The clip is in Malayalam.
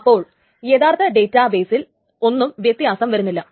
അപ്പോൾ യഥാർത്ഥ ഡേറ്റാ ബേസിൽ ഒന്നും വ്യത്യാസം വരുത്തുന്നില്ല